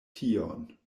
tion